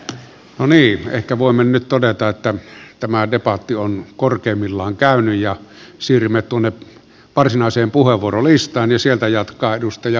no niin ehkä voimme nyt todeta että tämä debatti on korkeimmillaan käynyt ja siirrymme tuonne varsinaiseen puheenvuorolistaan